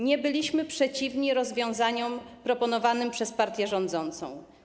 Nie byliśmy przeciwni rozwiązaniom proponowanym przez partię rządzącą.